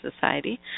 Society